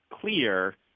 clear